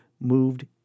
moved